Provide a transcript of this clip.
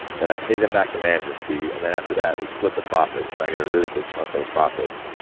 then i pay them back the management fee, and then, after that, we split the profits, and i get a really big chunk of the profits.